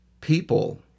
People